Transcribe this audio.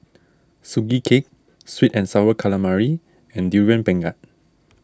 Sugee Cake Sweet and Sour Calamari and Durian Pengat